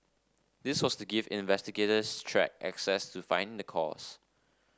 this was to give investigators track access to find the cause